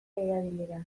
erabilera